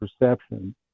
perception